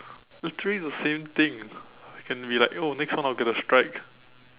actually the same thing can be like oh next time I'll get a strike